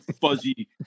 fuzzy